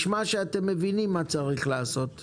נשמע שאתם מבינים מה צריך לעשות.